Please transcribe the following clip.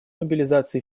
мобилизации